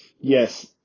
yes